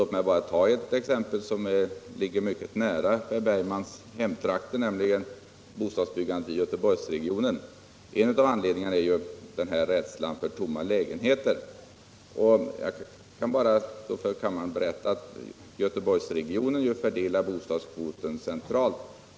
Låt mig bara ta ett exempel från Per Bergmans hemtrakter, nämligen bostadsbyggandet i Göteborgsregionen. En av anledningarna är rädslan för tomma lägenheter. Jag kan berätta för kammaren att man i Göteborgsregionen fördelar bostadskvoten centralt.